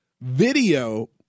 video